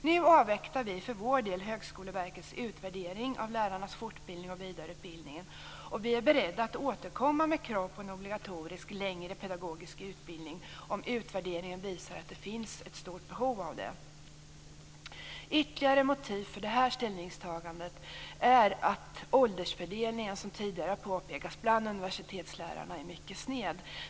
Nu avvaktar vi för vår del Högskoleverkets utvärdering av lärarnas fortbildning och vidareutbildningen. Vi är beredda att återkomma med krav på en obligatorisk längre pedagogisk utbildning om utvärderingen visar att det finns ett stort behov av det. Ytterligare motiv för det ställningstagandet är att åldersfördelningen, som tidigare har påpekats, bland universitetslärarna är mycket sned.